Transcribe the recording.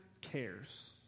cares